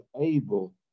able